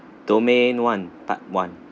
domain one part one